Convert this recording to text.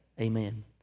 Amen